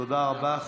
תודה רבה.